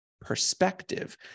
perspective